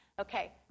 Okay